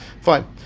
Fine